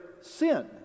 sin